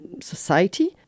society